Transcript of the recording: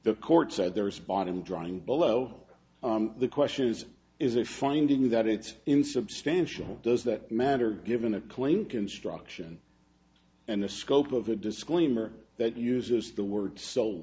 the court said there is bottom drying below the question is is a finding that it's insubstantial does that matter given a claim construction and the scope of a disclaimer that uses the word so